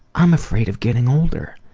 i'm afraid of getting older.